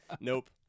Nope